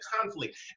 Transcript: conflict